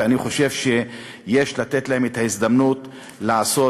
ואני חושב שיש לתת להם את ההזדמנות לעשות